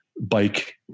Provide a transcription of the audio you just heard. bike